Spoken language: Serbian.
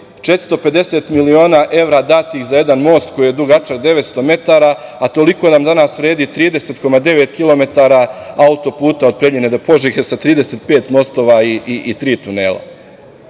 450 miliona evra datih za jedan most koji je dugačak 900 metara, a toliko nam danas vredi 30,9 kilometara autoputa od Preljine do Požege sa 35 mostova i tri